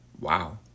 Wow